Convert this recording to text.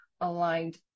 aligned